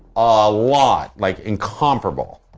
a lot, like incomparable.